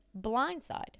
blindside